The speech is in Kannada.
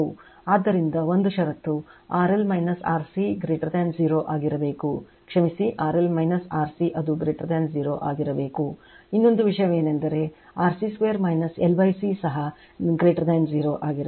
ಆದ್ದರಿಂದ ಒಂದು ಷರತ್ತುRL RC 0 ಆಗಿರಬೇಕು ಕ್ಷಮಿಸಿ RL RCಅದು 0 ಆಗಿರಬೇಕು ಇನ್ನೊಂದು ವಿಷಯವೆಂದರೆ RC2 L C ಸಹ 0 ಇದು resonance ಗೆ ಒಂದು ಷರತ್ತು